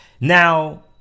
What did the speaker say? Now